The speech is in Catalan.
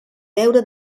deure